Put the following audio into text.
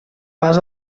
pas